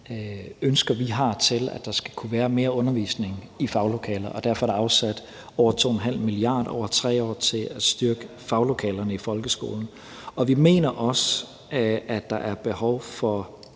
ønsker, vi har, i forhold til at der skal kunne være mere undervisning i faglokaler. Derfor er der afsat over 2,5 mia. kr. over 3 år til at styrke faglokalerne i folkeskolen. Vi mener også, at der er behov for